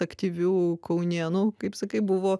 aktyvių kaunėnų kaip sakai buvo